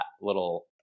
little